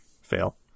Fail